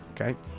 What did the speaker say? Okay